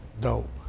dope